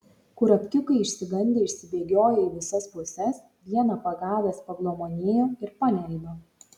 kurapkiukai išsigandę išsibėgiojo į visas puses vieną pagavęs paglamonėjo ir paleido